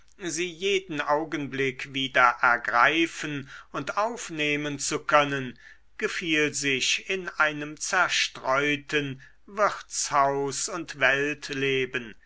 sie jeden augenblick wieder ergreifen und aufnehmen zu können gefiel sich in einem zerstreuten wirtshaus und